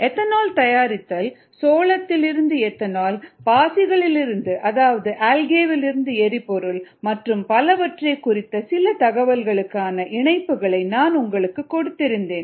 ethanol தயாரித்தல் சோளத்திலிருந்து ethanol பாசிகளில் இருந்து அதாவது ஆல்கேவிலிருந்து எரிபொருள் மற்றும் பலவற்றை குறித்த சில தகவல்களுக்கான இணைப்புகளை நான் உங்களுக்கு கொடுத்திருந்தேன்